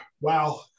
Wow